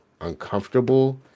uncomfortable